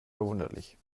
verwunderlich